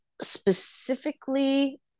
specifically